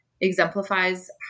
exemplifies